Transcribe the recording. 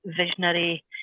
visionary